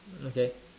okay